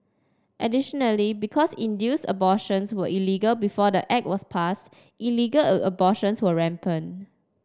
additionally because induced abortions were illegal before the Act was passed illegal a abortions were rampant